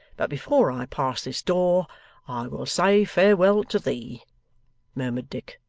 but before i pass this door i will say farewell to thee murmured dick,